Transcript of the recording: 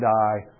die